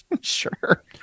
sure